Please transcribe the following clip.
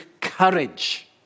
courage